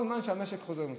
כל זמן שהמשק, אבל